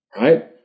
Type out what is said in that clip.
Right